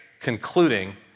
Concluding